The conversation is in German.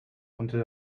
unter